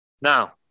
Now